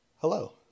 Hello